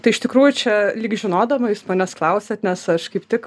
tai iš tikrųjų čia lyg žinodama jūs manęs klausiat nes aš kaip tik